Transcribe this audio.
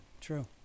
true